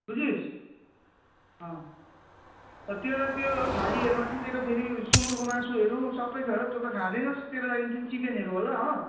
बुझिस् अँ तेरो त्यो थालीहरूमा चाहिँ तेरो फेरि सुङ्गुरको मासुहरू सबै छ है तँ त खाँदैनस् तेरो लागिन् चाहिँ चिकेनहरू होला हो